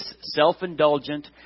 self-indulgent